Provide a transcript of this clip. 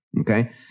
okay